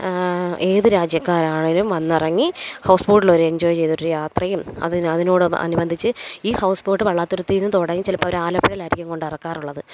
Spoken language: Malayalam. ഏതു രാജ്യക്കാരാണെങ്കിലും വന്നിറങ്ങി ഹൗസ് ബോട്ടിലവര് എന്ജോയ് ചെയ്ത് ഒരു യാത്രയും അതിന് അതിനോടനുബന്ധിച്ച് ഈ ഹൗസ് ബോട്ട് പള്ളാത്തുരുത്തിയില്നിന്ന് തുടങ്ങി ചിലപ്പോള് അവര് ആലപ്പുഴയിലായിരിക്കും കൊണ്ടിറക്കാറുള്ളത്